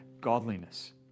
godliness